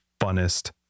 funnest